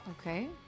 Okay